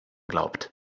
glaubt